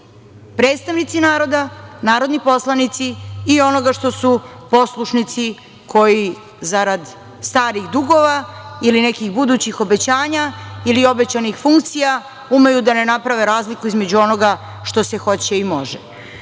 predstavnici naroda, narodni poslanici i onoga što su poslušnici koji zarad starih dugova ili nekih budućih obećanja ili obećanih funkcija umeju da ne naprave razliku između onoga što se hoće i može. Sada